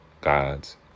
God's